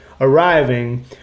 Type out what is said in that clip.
arriving